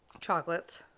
Chocolates